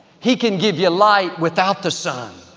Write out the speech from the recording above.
he can give you light without the sun,